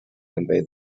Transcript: convey